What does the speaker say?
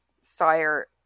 sire